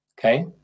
okay